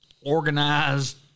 organized